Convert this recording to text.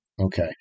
Okay